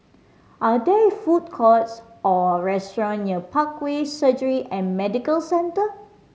are there food courts or restaurant near Parkway Surgery and Medical Centre